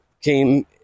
came